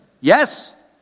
Yes